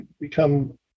become